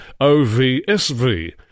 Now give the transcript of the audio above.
OVSV